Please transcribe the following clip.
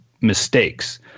mistakes